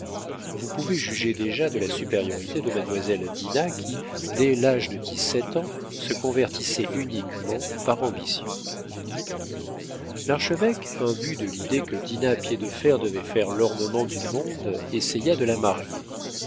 vous pouvez juger déjà de la supériorité de mademoiselle dinah qui dès l'âge de dix-sept ans se convertissait uniquement par ambition l'archevêque imbu de l'idée que dinah piédefer devait faire l'ornement du monde essaya de la marier